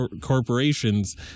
corporations